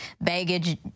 baggage